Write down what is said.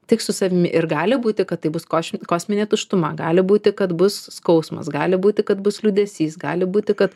tik su savimi ir gali būti kad taip bus koš kosminė tuštuma gali būti kad bus skausmas gali būti kad bus liūdesys gali būti kad